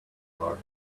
are